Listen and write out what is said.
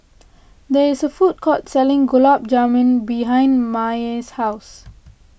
there is a food court selling Gulab Jamun behind Maye's house